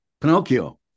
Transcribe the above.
Pinocchio